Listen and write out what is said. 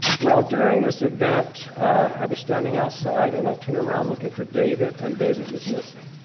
well, during this event i was standing outside, and i turned around looking for david, and david was missing.